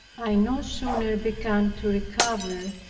i no sooner began to recover,